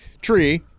tree